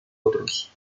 otros